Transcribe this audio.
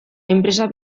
enpresa